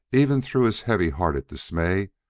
even through his heavy-hearted dismay,